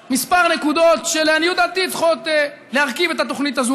כמה נקודות שלעניות דעתי צריכות להרכיב את התוכנית הזאת,